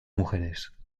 mujeres